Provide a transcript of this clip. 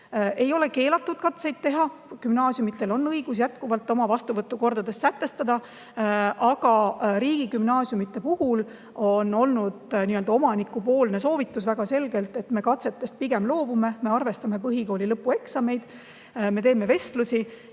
Ei ole keelatud katseid teha. Gümnaasiumidel on õigus jätkuvalt oma vastuvõtukorras need sätestada, aga riigigümnaasiumide puhul on olnud omanikupoolne selge soovitus, et me katsetest pigem loobume. Me arvestame põhikooli lõpueksameid, me teeme vestlusi